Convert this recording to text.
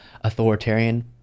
authoritarian